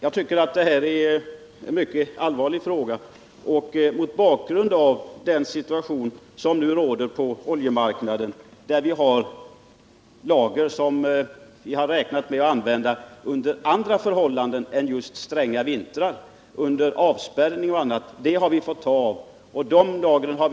Jag tycker att detta är en mycket allvarlig fråga mot bakgrund av den situation som nu råder på oljemarknaden. Vi har fått ta av de lager som vi har räknat med att använda under andra förhållanden än stränga vintrar, dvs. under avspärrning och annat.